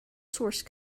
source